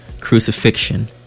crucifixion